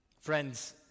Friends